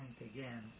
again